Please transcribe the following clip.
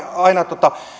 aina